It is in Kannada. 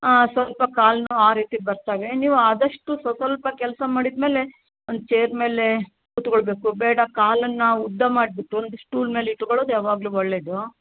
ಆಂ ಸ್ವಲ್ಪ ಕಾಲು ನೋವು ಆ ರೀತಿ ಬರ್ತವೆ ನೀವು ಆದಷ್ಟು ಸೊಸ್ವಲ್ಪ ಕೆಲಸ ಮಾಡಿದ ಮೇಲೆ ಒಂದು ಚೇರ್ ಮೇಲೆ ಕೂತ್ಕೊಳ್ಳಬೇಕು ಬೇಡ ಕಾಲನ್ನು ಉದ್ದ ಮಾಡಿಬಿಟ್ಟು ಒಂದು ಸ್ಟೂಲ್ ಮೇಲೆ ಇಟ್ಕೊಳೋದು ಯಾವಾಗಲೂ ಒಳ್ಳೆಯದು